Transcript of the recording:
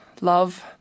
Love